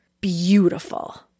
beautiful